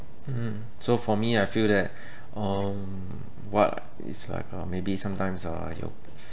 mm so for me I feel that um what is like uh maybe sometimes uh you